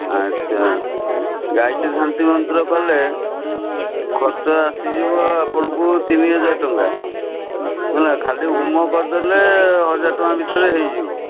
ଆଚ୍ଛା ଗାୟତ୍ରୀ ଶାନ୍ତି ମନ୍ତ୍ର କଲେ ଖର୍ଚ୍ଚ ଆସିଯିବ ଆପଣଙ୍କୁ ତିନି ହଜାର ଟଙ୍କା ହେଲା ଖାଲି ହୋମ କରିଦେଲେ ହଜାର ଟଙ୍କା ଭିତରେ ହେଇଯିବ